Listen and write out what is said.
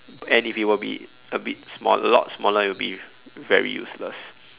and if it were be a bit smaller a lot smaller it'll be very useless